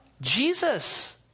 Jesus